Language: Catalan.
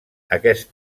aquest